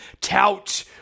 Tout